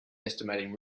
estimating